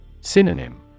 Synonym